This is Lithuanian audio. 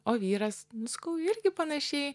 o vyras nu sakau irgi panašiai